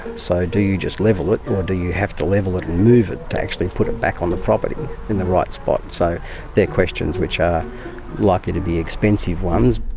so do you just level it or do you have to level it and move it to actually put it back on the property in the right spot? so they're questions which are likely to be expensive ones.